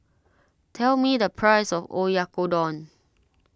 tell me the price of Oyakodon